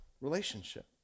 relationship